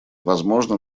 возможно